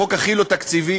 החוק הכי לא תקציבי,